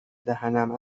دهنم